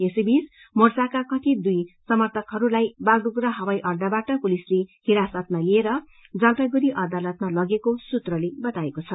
यसै बीच मोर्चाका कथित दुई समर्थकहरूलाई बागडुग्रा हवाई अड्डाबाट पुलिसले हिरासतमा लिएर जलपाइगढ़ी अदालतमा लगेको सुत्रले बताएको छ